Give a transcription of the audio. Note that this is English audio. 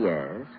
Yes